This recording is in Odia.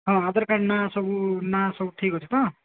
ହଁ ଆଧାର କାର୍ଡ଼ ନାଁ ସବୁ ନାଁ ସବୁ ଠିକ୍ ଅଛି ତ